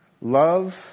love